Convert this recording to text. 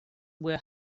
were